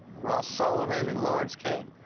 ross sullivan and lawrence kane?